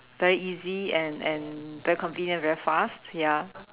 very easy and and very convenient very fast ya